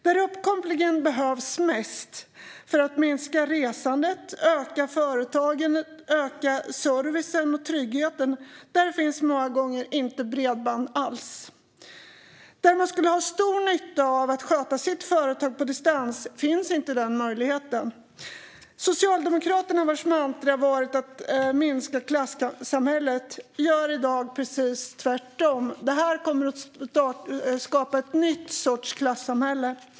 Där uppkopplingen behövs mest för att minska resandet, öka företagandet och öka servicen och tryggheten finns många gånger inget bredband alls. Där man skulle ha stor nytta av att sköta sitt företag på distans finns inte den möjligheten. Socialdemokraterna, vars mantra har varit att minska klassamhället, gör i dag precis tvärtom. Det här kommer att skapa ett nytt sorts klassamhälle.